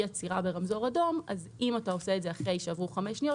אי עצירה ברמזור אדום אם אתה עושה את זה אחרי שעברו חמש שניות,